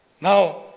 Now